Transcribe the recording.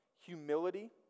Humility